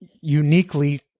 uniquely